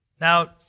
Now